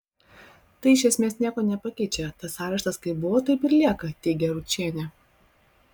tai iš esmės nieko nepakeičia tas areštas kaip buvo taip ir lieka teigia ručienė